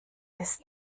ist